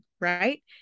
right